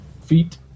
feet